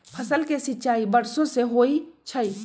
फसल के सिंचाई वर्षो से होई छई